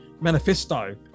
manifesto